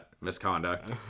misconduct